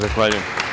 Zahvaljujem.